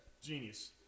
Genius